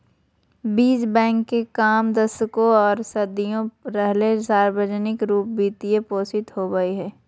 बीज बैंक के काम दशकों आर सदियों रहले सार्वजनिक रूप वित्त पोषित होबे हइ